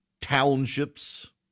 townships